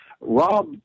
Rob